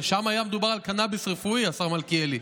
שם היה מדובר על קנביס רפואי, השר מלכיאלי,